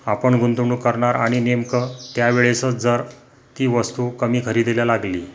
आपण गुंतवणूक करणार आणि नेमकं त्यावेळेसच जर ती वस्तू कमी खरेदीला लागली